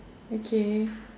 okay